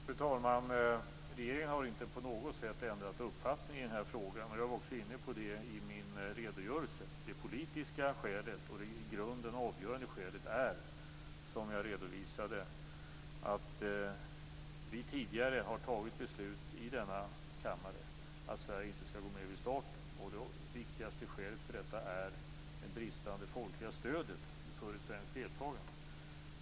Fru talman! Regeringen har inte på något sätt ändrat uppfattning i den här frågan. Jag var också inne på det i min redogörelse. Det politiska skälet och det i grunden avgörande skälet är, som jag redovisade, att vi tidigare har fattat beslut i denna kammare om att Sverige inte skall gå med vid starten. Det viktigaste skälet för detta är det bristande folkliga stödet för ett svenskt deltagande.